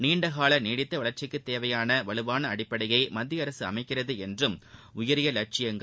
நீண்டகால நீடித்த வளர்ச்சிக்கு தேவையான வலுவான அடிப்படையை மத்திய அரசு அமைக்கிறது என்றும் உயரிய லட்சியங்கள்